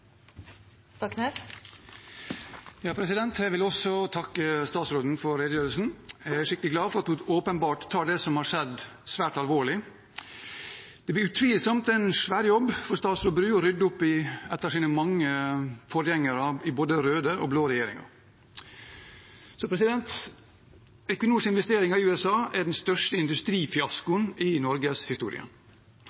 skikkelig glad for at hun åpenbart tar det som har skjedd, svært alvorlig. Dette blir utvilsomt en svær jobb for statsråd Bru å rydde opp i etter sine mange forgjengere i både røde og blå regjeringer. Equinors investeringer i USA er den største